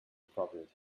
appropriate